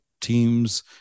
teams